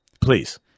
Please